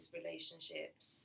relationships